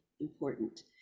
important